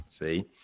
See